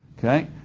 okay?